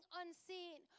unseen